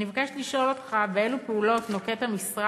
אני מבקשת לשאול אותך: אילו פעולות נוקט המשרד